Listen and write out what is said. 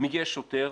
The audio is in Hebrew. מגיע שוטר,